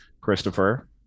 Christopher